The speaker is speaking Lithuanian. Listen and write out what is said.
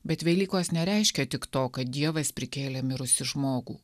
bet velykos nereiškia tik to kad dievas prikėlė mirusį žmogų